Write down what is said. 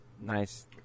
nice